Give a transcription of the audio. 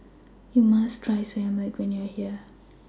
YOU must Try Soya Milk when YOU Are here